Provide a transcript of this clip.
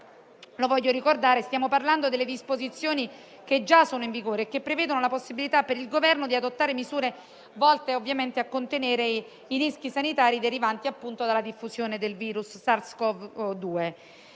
In particolare stiamo parlando delle disposizioni già in vigore, che prevedono la possibilità per il Governo di adottare misure volte a contenere i rischi sanitari derivanti della diffusione del virus SARS-Cov-2.